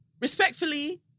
respectfully